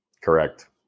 Correct